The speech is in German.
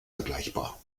vergleichbar